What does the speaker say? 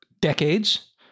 decades